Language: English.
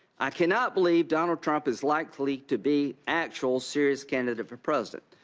i cannot believe donald trump is likely to be actual serious candidate for president.